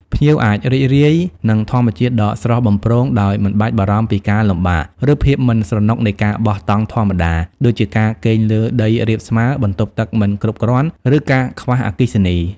ភ្ញៀវអាចរីករាយនឹងធម្មជាតិដ៏ស្រស់បំព្រងដោយមិនបាច់បារម្ភពីការលំបាក ឬភាពមិនស្រណុកនៃការបោះតង់ធម្មតា ដូចជាការគេងលើដីរាបស្មើ បន្ទប់ទឹកមិនគ្រប់គ្រាន់ ឬការខ្វះអគ្គិសនី។